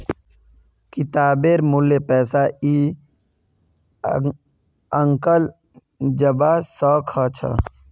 किताबेर मूल्य पैसा नइ आंकाल जबा स ख छ